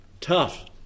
tough